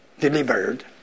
delivered